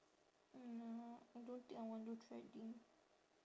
no I don't think I want do threading